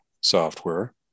software